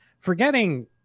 Forgetting